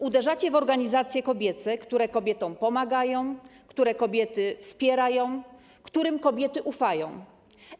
Uderzacie w organizacje kobiece, które kobietom pomagają, które kobiety wspierają, którym kobiety ufają.